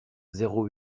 zéro